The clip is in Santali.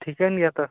ᱴᱷᱤᱠᱟᱹᱱ ᱜᱮᱭᱟ ᱛᱚ